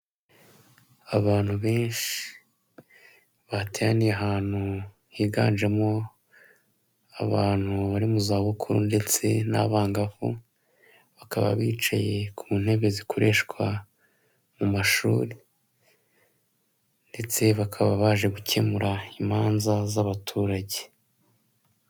Abantu benshi bateraniye ahantu higanjemo abantu bari mu zabukuru ndetse n'abangavu, bakaba bicaye ku ntebe zikoreshwa mu mashuri ndetse bakaba baje gukemura imanza z'abaturage.